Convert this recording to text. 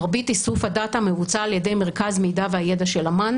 מרבית איסוף הדאטה מבוצע על ידי מרכז המידע והידע של אמ"ן